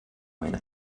meine